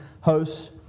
hosts